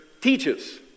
teaches